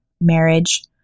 marriage